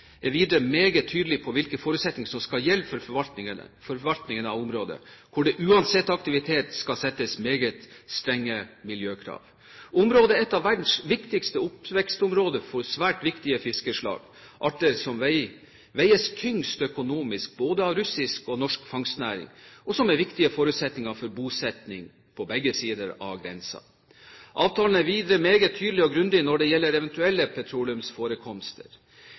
tydelig på hvilke forutsetninger som skal gjelde for forvaltningen av området, hvor det uansett aktivitet skal settes meget strenge miljøkrav. Området er et av verdens viktigste oppvekstområder for svært viktige fiskeslag, arter som veier tungt økonomisk både for russisk og for norsk fangstnæring, som er viktige forutsetninger for bosetting på begge sider av grensen. Avtalen er videre meget tydelig og grundig når det gjelder eventuelle petroleumsforekomster.